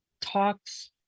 talks